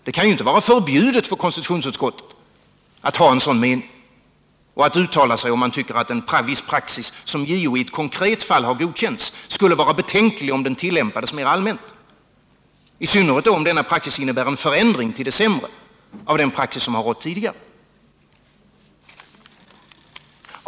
Det kan inte vara förbjudet för konstitutionsutskottet att ha en mening och att uttala sig, om man tycker att en viss praxis som JO i ett konkret fall har godkänt skulle vara betänklig om den tillämpades mer allmänt, i synnerhet om denna praxis innebär en förändring till det sämre i förhållande till den praxis som rått tidigare.